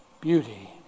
beauty